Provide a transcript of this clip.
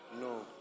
No